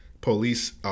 police